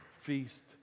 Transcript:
feast